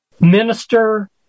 minister